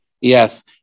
Yes